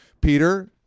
Peter